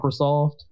Microsoft